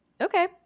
Okay